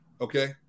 okay